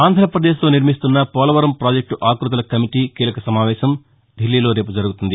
ఆంధ్రప్రదేశ్లో నిర్మిస్తున్న పోలవరం పాజెక్టు ఆక్బతుల కమిటీ కీలక సమావేశం రేపు దిల్లీలో జరుగుతుంది